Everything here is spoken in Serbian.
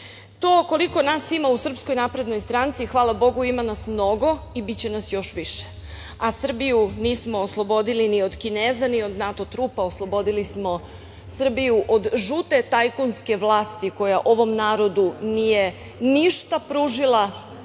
koliko nas ima u SNS, hvala bogu, ima nas mnogo i biće nas još više, a Srbiju nismo oslobodili ni od Kineza ni od NATO trupa, oslobodili smo Srbiju od žute tajkunske vlasti koja ovom narodu nije ništa pružila,